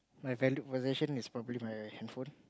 my valued possession is probably my handphone